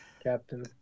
captain